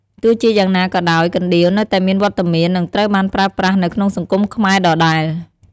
ទោះជាយ៉ាងណាក៏ដោយ កណ្ដៀវនៅតែមានវត្តមាន និងត្រូវបានប្រើប្រាស់នៅក្នុងសង្គមខ្មែរដដែល។